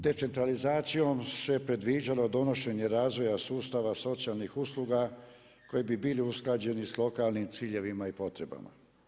Te centralizacijom se predviđalo donošenje razvoja sustava socijalnih usluga koji bi bili usklađeni sa lokalnim ciljevima i potrebama.